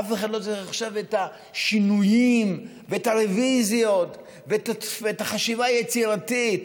אף אחד לא צריך עכשיו את השינויים ואת הרוויזיות ואת החשיבה היצירתית.